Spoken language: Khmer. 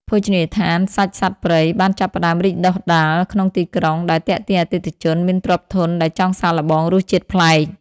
ភោជនីយដ្ឋានសាច់សត្វព្រៃបានចាប់ផ្តើមរីកដុះដាលក្នុងទីក្រុង ដែលទាក់ទាញអតិថិជនមានទ្រព្យធនដែលចង់សាកល្បងរសជាតិប្លែក។